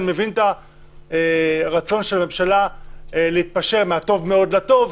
אני מבין את הרצון של הממשלה להתפשר מהטוב מאוד לטוב,